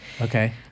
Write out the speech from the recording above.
Okay